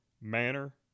manner